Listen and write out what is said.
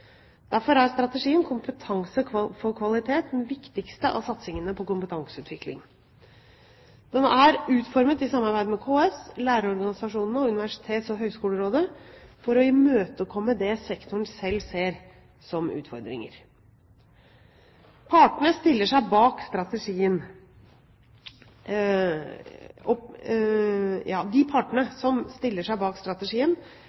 Derfor er strategien Kompetanse for kvalitet den viktigste av satsingene på kompetanseutvikling. Den er utformet i samarbeid med KS, lærerorganisasjonene og Universitets- og høgskolerådet for å imøtekomme det sektoren selv ser som utfordringer. De partene som stiller seg bak strategien,